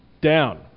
down